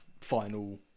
final